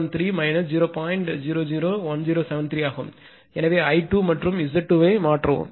எனவே I2 மற்றும் Z2 ஐ மாற்றவும்